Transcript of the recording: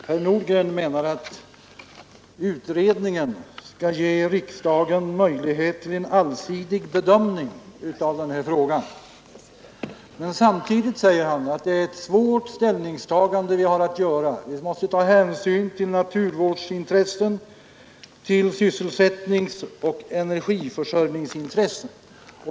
Herr talman! Herr Nordgren anser att utredningen skall ge riksdagen möjligheter till en allsidig bedömning av denna fråga. Men samtidigt säger han att det är ett svårt ställningstagande vi har att göra; vi måste ta hänsyn till naturvårdsintressen samt till sysselsättningsoch energiförsörjningsintressen.